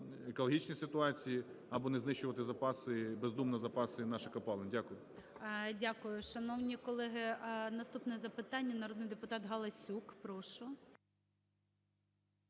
екологічній ситуації, або не знищувати запаси бездумно, запаси наших копалин. Дякую. ГОЛОВУЮЧИЙ. Дякую. Шановні колеги, наступне запитання - народний депутатГаласюк. Прошу.